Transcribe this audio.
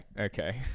Okay